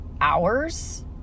hours